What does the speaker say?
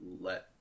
let